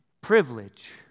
privilege